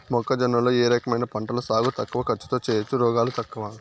మొక్కజొన్న లో ఏ రకమైన పంటల సాగు తక్కువ ఖర్చుతో చేయచ్చు, రోగాలు తక్కువ?